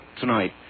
tonight